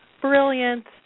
brilliant